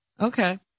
Okay